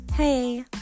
Hey